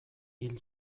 hil